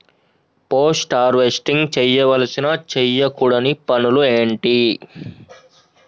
Post harvesting చేయవలసిన చేయకూడని పనులు ఏంటి?